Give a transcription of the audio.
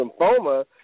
lymphoma